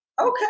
Okay